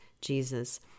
Jesus